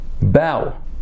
bow